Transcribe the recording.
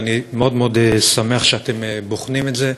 ואני מאוד מאוד שמח שאתם בוחנים את זה.